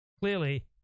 clearly